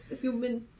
human